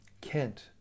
Kent